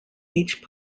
each